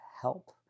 help